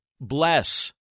bless